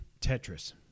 Tetris